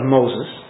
Moses